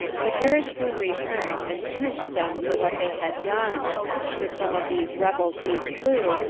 but herod soon returned, and punished them for what they had done for some of these rebels he slew,